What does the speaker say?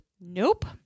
Nope